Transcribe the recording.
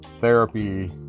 therapy